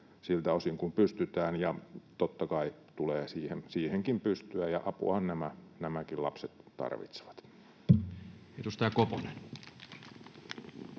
siltä osin kuin pystytään. Ja totta kai tulee siihenkin pystyä, apuahan nämäkin lapset tarvitsevat. [Speech